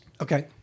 Okay